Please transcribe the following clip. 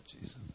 Jesus